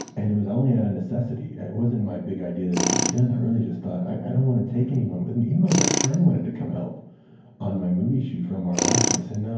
and it was only out of necessity. it wasn't my big idea that it could be done. i really just thought, i don't want to take anyone with me. my best friend wanted to come help on my movie shoot for el mariachi. i said no